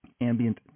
ambient